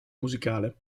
musicale